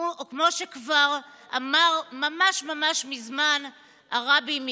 וכמו שכבר אמר ממש ממש מזמן הרבי מקוצק: